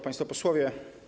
Państwo Posłowie!